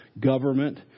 government